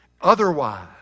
Otherwise